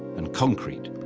and concrete,